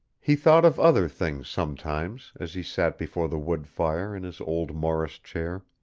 he thought of other things sometimes as he sat before the wood fire in his old morris chair.